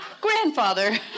grandfather